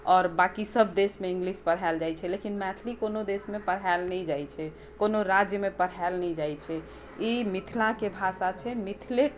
आओर बाकी सभ देशमे इंग्लिस पढायल जाइ छै लेकिन मैथिली कोनो देशमे पढायल नहि जाइ छै कोनो राज्यमे पढायल नहि जाइ छै ई मिथिलाक भाषा छै मिथिले